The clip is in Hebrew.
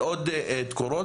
על עוד תקורות.